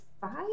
five